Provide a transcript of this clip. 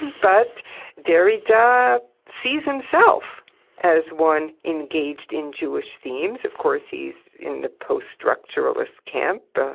but derrida sees himself as one engaged in jewish themes. of course he's in the post-structuralist camp,